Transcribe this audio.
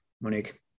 Monique